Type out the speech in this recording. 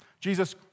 Jesus